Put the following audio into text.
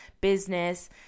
business